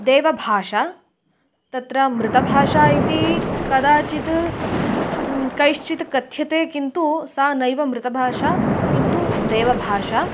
देवभाषा तत्र मृतभाषा इति कदाचित् कैश्चित् कथ्यते किन्तु सा नैव मृतभाषा किन्तु देवभाषा